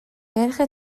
نرخ